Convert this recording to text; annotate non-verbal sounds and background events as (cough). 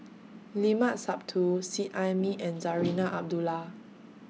Limat Sabtu Seet Ai Mee and (noise) Zarinah Abdullah